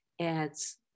adds